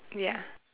ya